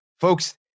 folks